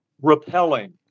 Repelling